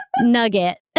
nugget